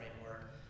framework